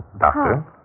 Doctor